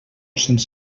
cents